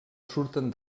surten